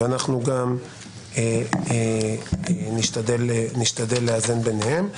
אנחנו גם נשתדל לאזן ביניהם.